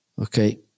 Okay